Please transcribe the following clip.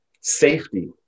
Safety